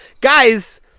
guys